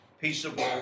peaceable